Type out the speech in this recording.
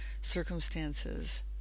circumstances